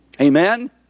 Amen